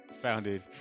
founded